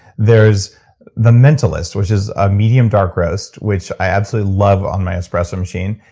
there's the mentalist, which is a medium dark roast, which i absolutely love on my espresso machine.